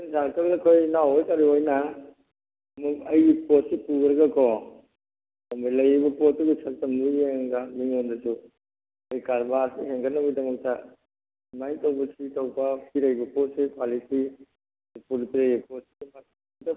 ꯑꯩꯈꯣꯏ ꯏꯅꯥꯎ ꯍꯣꯏ ꯀꯔꯤ ꯍꯣꯏꯅ ꯑꯃꯨꯛ ꯑꯩꯒꯤ ꯄꯣꯠꯁꯤ ꯄꯨꯈ꯭ꯔꯒꯀꯣ ꯑꯗꯨꯗ ꯂꯩꯔꯤꯕ ꯄꯣꯠꯇꯨꯒꯤ ꯁꯛꯇꯝꯗꯨ ꯌꯦꯡꯂꯒ ꯃꯤꯉꯣꯟꯗꯁꯨ ꯑꯩꯈꯣꯏ ꯀꯥꯔꯕꯥꯔ ꯍꯦꯟꯒꯠꯅꯕꯒꯤꯗꯃꯛꯇ ꯁꯨꯃꯥꯏꯅ ꯇꯧꯕ ꯁꯤ ꯇꯧꯕ ꯄꯤꯔꯛꯂꯤꯕ ꯄꯣꯠꯁꯦ ꯀ꯭ꯋꯥꯂꯤꯇꯤ